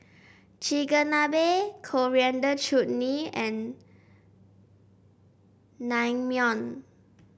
Chigenabe Coriander Chutney and Naengmyeon